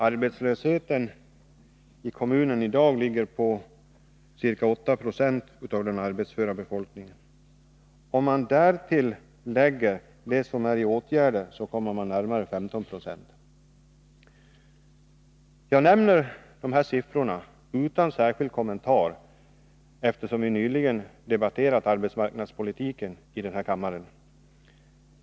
Arbetslösheten i Malungs kommun ligger i dag på ca 8 90 av den arbetsföra befolkningen. Om man därtill lägger de som är föremål för arbetsmarknadspolitiska åtgärder, är arbetslösheten närmare 15 9. Jag nämner de här siffrorna utan särskild kommentar, eftersom vi nyligen debatterat arbetsmarknadspolitiken i den här kammaren.